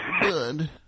good